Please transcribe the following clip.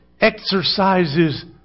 exercises